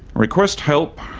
request help,